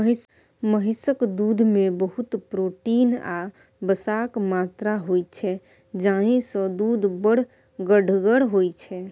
महिषक दुधमे बहुत प्रोटीन आ बसाक मात्रा होइ छै जाहिसँ दुध बड़ गढ़गर होइ छै